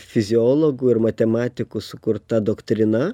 fiziologų ir matematikų sukurta doktrina